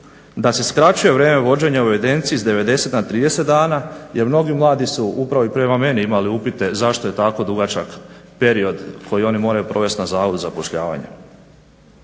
da se skraćuje vrijeme vođenja u evidenciji s 90 na 30 dana jer mnogi mladi su upravo i prema meni imali upite zašto je tako dugačak period koji oni moraju provest na Zavodu za zapošljavanje